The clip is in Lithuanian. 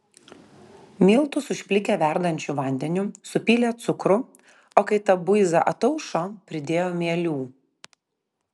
miltus užplikė verdančiu vandeniu supylė cukrų o kai ta buiza ataušo pridėjo mielių